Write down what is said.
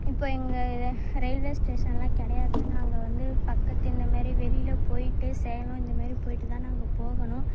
இப்போது எங்கள் ரயில்வே ஸ்டேஷன்லாம் கிடையாது நாங்கள் வந்து பக்கத்து இந்தமாரி வெளியில் போயிட்டு சேலம் இந்தமாரி போயிட்டு தான் நாங்கள் போகணும்